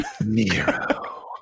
Nero